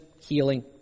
healing